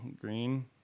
green